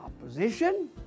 Opposition